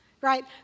Right